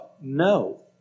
No